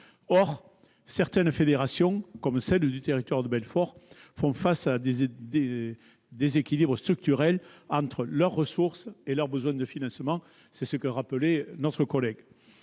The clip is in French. Or certaines fédérations, comme celle du Territoire de Belfort, font face à des déséquilibres structurels entre leurs ressources et leurs besoins de financement. Je le sais, la